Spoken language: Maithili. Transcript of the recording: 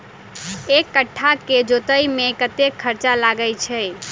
एक कट्ठा केँ जोतय मे कतेक खर्चा लागै छै?